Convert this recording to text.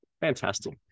Fantastic